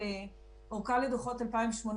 הקבועות של העסק וכך נקבע מנגנון תשלום